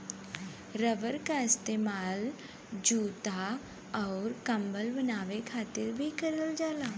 rubber क इस्तेमाल जूता आउर कम्बल बनाये खातिर भी करल जाला